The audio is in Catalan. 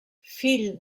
fill